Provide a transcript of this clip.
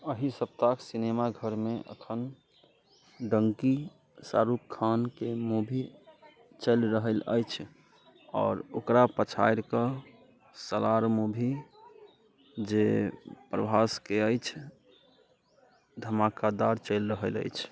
एहि सप्ताह सिनेमाघरमे एखन डन्की शाहरुख खानके मूवी चलि रहल अछि आओर ओकरा पछाड़िकऽ सालार मूवी जे प्रभासके अछि धमाकेदार चलि रहल अछि